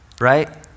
right